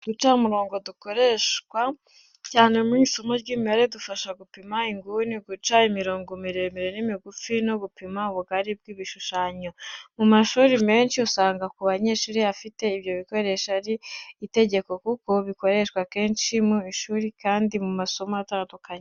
Uducamurongo dukoreshwa cyane mu isomo ry'imibare, dufasha gupima inguni, guca imirongo miremire n'imigufi, no gupima ubugari bw'ibishushanyo. Mu mashuri menshi usanga kuba umunyeshuri afite ibyo bikoresho ari itegeko kuko bikoreshwa kenshi mu ishuri kandi mu masomo atandukanye.